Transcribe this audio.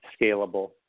scalable